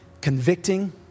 convicting